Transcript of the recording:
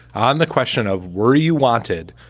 on the question of were you wanted?